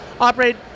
operate